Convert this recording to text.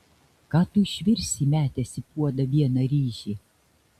ką tu išvirsi įmetęs į puodą vieną ryžį